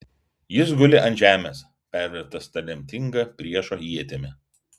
jis guli ant žemės pervertas ta lemtinga priešo ietimi